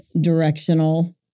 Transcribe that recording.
directional